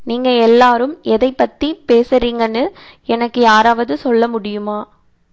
நீங்கள் எல்லாேரும் எதைப் பற்றி பேசுகிறீங்கனு எனக்கு யாராவது சொல்ல முடியுமா